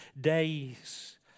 days